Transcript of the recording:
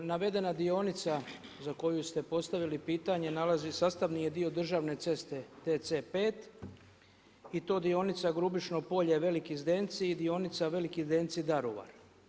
Navedena dionica za koju ste postavili pitanje nalazi, sastavni je dio državne ceste DC5 i to dionica Grubišno Polje – Veliki Zdenci i dionica Veliki Zdenci – Daruvar.